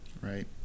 Right